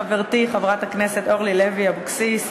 חברתי חברת הכנסת אורלי לוי אבקסיס,